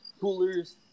coolers